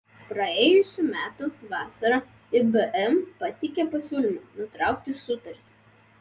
praėjusių metų vasarą ibm pateikė pasiūlymą nutraukti sutartį